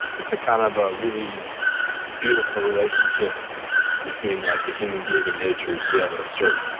it's kind of a really beautiful relationship between like a human being and nature, to be able to surf.